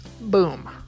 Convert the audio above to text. Boom